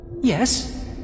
Yes